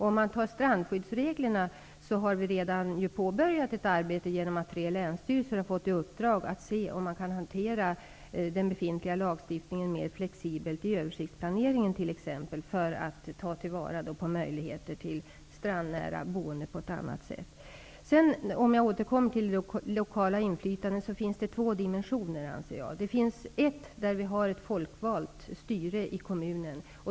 När det gäller strandskyddsreglerna har ett arbete redan påbörjats, genom att tre länsstyrelser har fått i uppdrag att se om man kan hantera den befintliga lagstiftningen mer flexibelt, t.ex. i översiktsplaneringen, för att ta till vara möjligheter till strandnära boende på ett annat sätt. För att återkomma till det lokala inflytandet, finns det alltså två dimensioner. Det finns en dimension, där vi har ett folkvalt styre i kommunen.